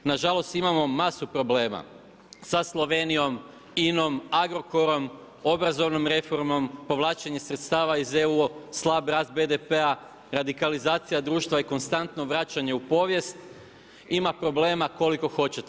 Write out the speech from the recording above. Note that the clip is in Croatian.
Nažalost imamo masu problema sa Slovenijom, INA-om, Agrokorom, obrazovnom reformom, povlačenjem sredstava iz EU, slab rast BDP-a, radikalizacija društva i konstantno vraćanje u povijest, ima problema koliko hoćete.